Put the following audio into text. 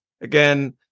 Again